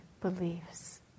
beliefs